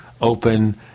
open